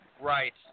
right